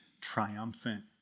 triumphant